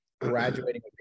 graduating